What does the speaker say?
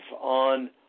on